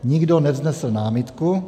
Nikdo nevznesl námitku.